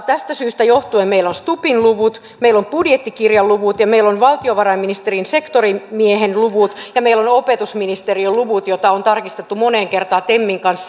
tästä syystä johtuen meillä on stubbin luvut meillä on budjettikirjan luvut ja meillä on valtiovarainministeriön sektorimiehen luvut ja meillä on opetusministeriön luvut joita on tarkistettu moneen kertaan temin kanssa